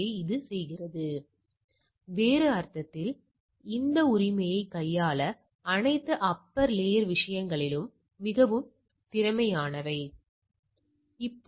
ஏனெனில் இதை ஒருவர் செய்வது மிகவும் கடினம் அல்ல சூத்திரம் மிகவும் எளிது